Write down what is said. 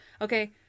Okay